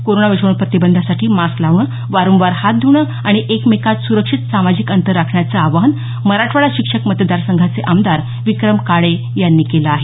corona विषाणू प्रतिबंधासाठी mask लावणं वारंवार हात ध्रणं आणि एकमेकात सुरक्षित सामाजिक अंतर राखण्याचं आवाहन मराठवाडा शिक्षक मतदारसंघाचे आमदार विक्रम काळे यांनी केलं आहे